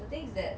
the things that